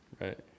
Right